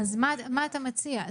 מה אתה מציע?